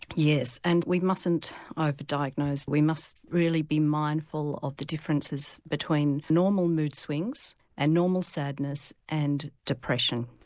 yes, and we mustn't over-diagnose, we must really be mindful of the differences between normal mood swings and normal sadness and depression.